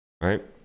Right